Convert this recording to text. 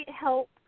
help